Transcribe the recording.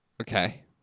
Okay